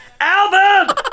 Alvin